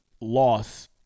loss